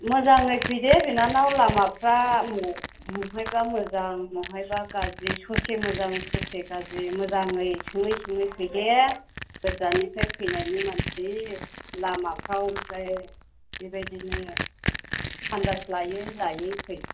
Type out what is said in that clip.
मोजाङै फै दे बिनानाव लामाफोरा बहाबा मोजां बहाबा गाज्रि ससे मोजां ससे गाज्रि मोजाङै सोङै सोङै फै दे गोजानिफ्राय फैनायनि मानसि लामाफोराव ओमफ्राय बेबायदिनो आन्दास लायै लायै फै